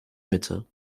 mitte